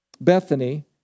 Bethany